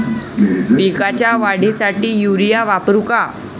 पिकाच्या वाढीसाठी युरिया वापरू का?